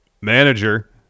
manager